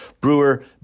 Brewer